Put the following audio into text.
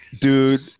Dude